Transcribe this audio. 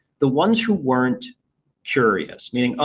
the ones who weren't curious meaning,